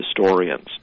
historians